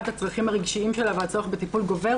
הצרכים הרגשים שלה והצורך בטיפול גובר,